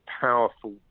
powerful